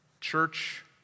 Church